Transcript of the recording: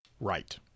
Right